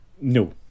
no